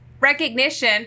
recognition